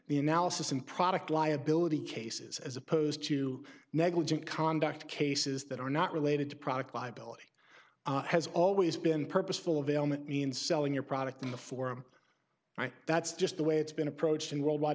the analysis in product liability cases as opposed to negligent conduct cases that are not related to product liability has always been purposeful of ailment means selling your product in the form that's just the way it's been approached in